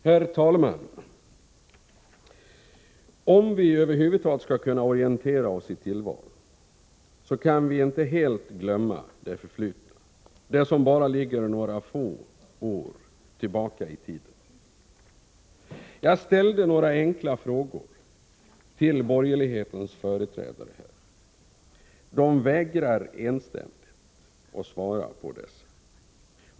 Herr talman! Om vi över huvud taget skall kunna orientera oss i tillvaron, kan vi inte helt glömma det förflutna, det som ligger bara några få år tillbaka i tiden. Jag ställde några enkla frågor till borgerlighetens företrädare. De vägrar enstämmigt att svara.